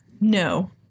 no